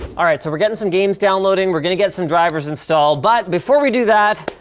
all right, so we're gettin' some games downloading. we're gonna get some drivers installed. but before we do that,